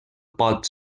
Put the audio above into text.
pot